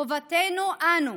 חובתנו אנו,